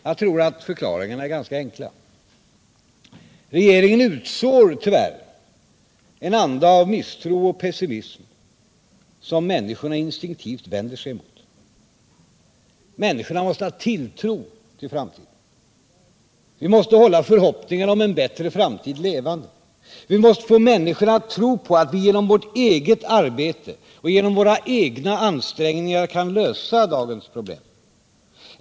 Jag tror att förklaringarna är ganska enkla. Regeringen utsår tyvärr en anda av misstro och pessimism som människorna instinktivt vänder sig emot. Människorna måste ha tilltro till framtiden. Vi måste hålla förhoppningarna om en bättre framtid levande. Vi måste få människorna att tro på att vi genom vårt eget arbete och genom våra egna ansträngningar kan lösa dagens problem.